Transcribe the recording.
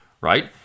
right